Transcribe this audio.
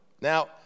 Now